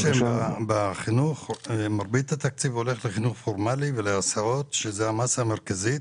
בחינוך מרבית התקציב הולך לחינוך פורמלי ולהסעות שזאת המסה המרכזית?